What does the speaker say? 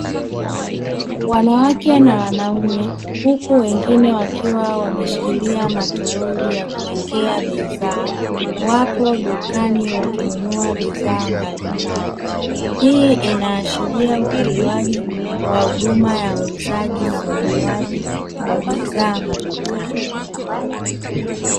Wanawake na wanaume huku wengi wakiwa wameshirikia matoroli ya kuwekea bidhaa, wapo dukani wakinunua bidhaa mbalimbali. Hii inaashiria utolewaji wa huduma ya uuzaji na ununuaji wa bidhaa madukani.